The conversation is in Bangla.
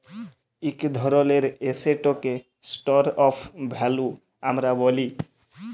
ইক ধরলের এসেটকে স্টর অফ ভ্যালু আমরা ব্যলি